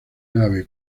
nave